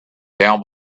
down